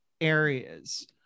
areas